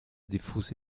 diffuse